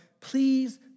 please